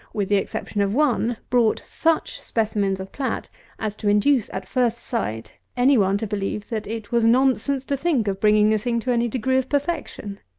with the exception of one, brought such specimens of plat as to induce, at first sight, any one to believe that it was nonsense to think of bringing the thing to any degree of perfection!